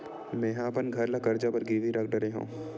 मेहा अपन घर ला कर्जा बर गिरवी रख डरे हव